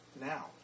now